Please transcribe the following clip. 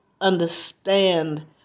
understand